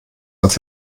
als